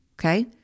Okay